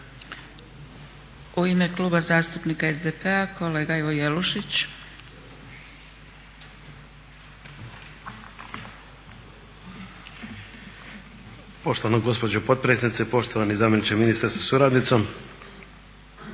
U ime Kluba zastupnika SDP-a kolega Ivo Jelušić. **Jelušić, Ivo (SDP)** Poštovana gospođo potpredsjednice, poštovani zamjeniče ministra sa suradnicom.